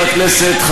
אין בשביל,